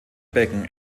becken